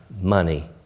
money